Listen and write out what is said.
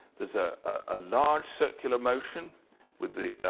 there's a ah large circular motion with